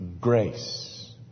Grace